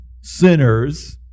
sinners